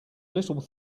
little